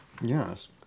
Yes